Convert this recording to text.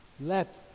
Let